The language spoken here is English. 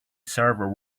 server